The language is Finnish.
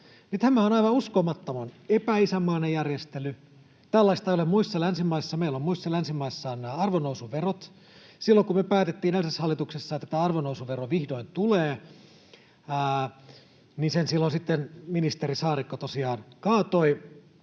tämä on aivan uskomattoman epäisänmaallinen järjestely. Tällaista ei ole muissa länsimaissa. Meillä muissa länsimaissa on nämä arvonnousuverot. Silloin kun me päätettiin edellisessä hallituksessa, että tämä arvonnousuvero vihdoin tulee, niin silloin sen ministeri Saarikko tosiaan kaatoi,